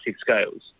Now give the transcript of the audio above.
scales